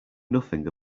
nothing